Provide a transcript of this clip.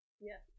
yes